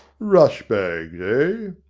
rush bags, ah?